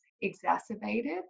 exacerbated